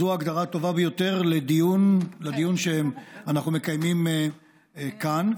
זו ההגדרה הטובה ביותר לדיון שאנחנו מקיימים כאן.